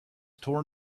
torn